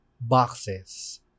boxes